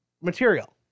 material